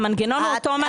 המנגנון הוא אותו מנגנון.